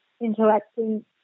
interacting